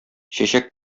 чәчәк